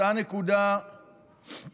אותה נקודה שעל